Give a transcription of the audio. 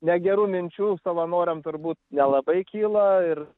negerų minčių savanoriam turbūt nelabai kyla ir